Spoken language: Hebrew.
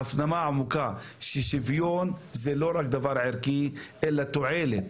ההפנמה העמוקה ששוויון זה לא רק דבר ערכי אלא תועלת,